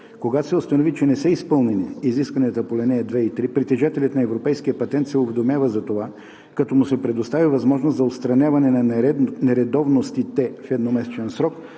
Когато се установи, че не са изпълнени изискванията на ал. 2 и 3, притежателят на европейския патент се уведомява за това, като му се предоставя възможност за отстраняване на нередовностите в едномесечен срок